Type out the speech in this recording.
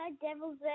Devils